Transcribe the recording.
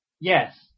Yes